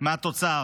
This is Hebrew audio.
מהתוצר